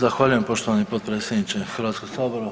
Zahvaljujem poštovani potpredsjedniče Hrvatskog sabora.